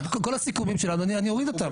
כל הסיכומים שלנו, אני אוריד אותם.